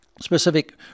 Specific